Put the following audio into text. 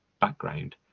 background